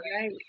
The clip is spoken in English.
right